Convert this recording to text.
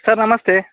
sir ನಮಸ್ತೆ